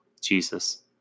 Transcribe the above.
Jesus